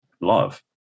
love